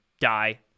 die